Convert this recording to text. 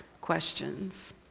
questions